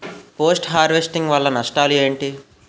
Post harvesting వల్ల నష్టాలు ఏంటి?